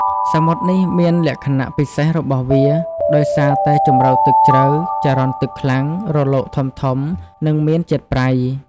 សមុទ្រនេះមានលក្ខណៈពិសេសរបស់វា ដោយសារតែជម្រៅទឹកជ្រៅ ចរន្តទឹកខ្លាំង រលកធំៗ និងមានជាតិប្រៃ។